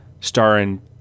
starring